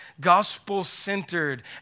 gospel-centered